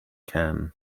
can